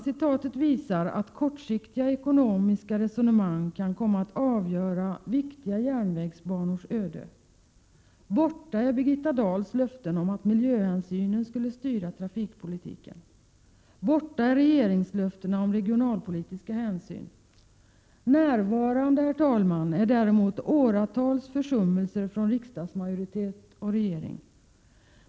Citatet visar att kortsiktiga ekonomiska resonemang kan komma att avgöra viktiga järnvägsbanors öde. Borta är Birgitta Dahls löften om att miljöhänsynen skulle styra trafikpolitiken. Borta är regeringslöften om regionalpolitiska hänsyn. Närvarande, herr talman, är däremot åratals försummelser från riksdagsmajoritet och regering.